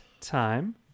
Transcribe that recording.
time